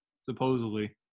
supposedly